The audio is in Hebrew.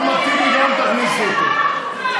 אחמד טיבי, תכניסו גם אותו.